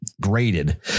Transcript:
graded